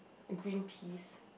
green peas